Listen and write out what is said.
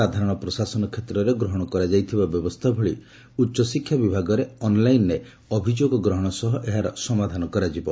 ସାଧାରଣ ପ୍ରଶାସନ କ୍ଷେତ୍ରରେ ଗ୍ରହଶ କରାଯାଇଥିବା ବ୍ୟବସ୍ଗା ଭଳି ଉଚ୍ଚଶିକ୍ଷା ବିଭାଗରେ ଅନ୍ଲାଇନ୍ରେ ଅଭିଯୋଗ ଗ୍ରହଣ ସହ ଏହାର ସମାଧାନ କରାଯିବ